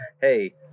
hey